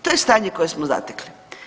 To je stanje koje smo zatekli.